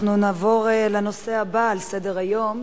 אנחנו נעבור לנושא הבא על סדר-היום,